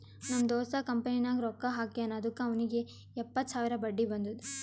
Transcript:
ನಮ್ ದೋಸ್ತ ಕಂಪನಿನಾಗ್ ರೊಕ್ಕಾ ಹಾಕ್ಯಾನ್ ಅದುಕ್ಕ ಅವ್ನಿಗ್ ಎಪ್ಪತ್ತು ಸಾವಿರ ಬಡ್ಡಿ ಬಂದುದ್